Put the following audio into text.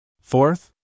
fourth